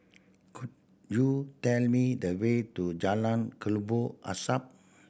could you tell me the way to Jalan Kelabu Asap